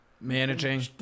Managing